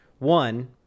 One